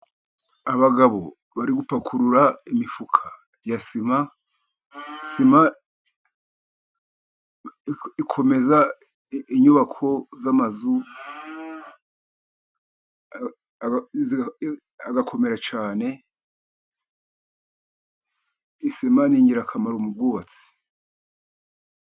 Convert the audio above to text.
Abagabo bari gupakurura imifuka ya sima. Sima ikomeza inyubako zigakomera cyane, ningira kamaro mu bwubatsi.